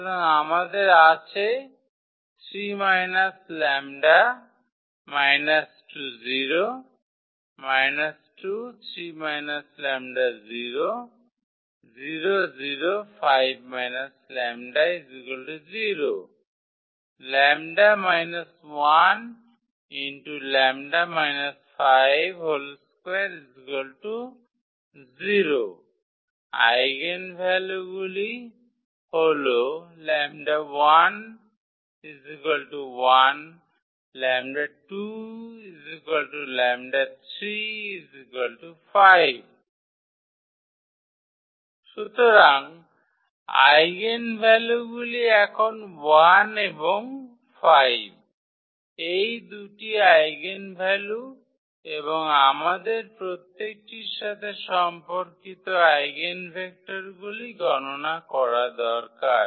সুতরাং আমাদের আছে আইগেনভ্যালুগুলি হল সুতরাং আইগেনভ্যালুগুলি এখন 1 এবং 5 এই দুটি আইগেনভ্যালু এবং আমাদের প্রত্যেকটির সাথে সম্পর্কিত আইগেনভেক্টরগুলি গণনা করা দরকার